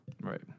Right